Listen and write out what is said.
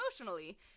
emotionally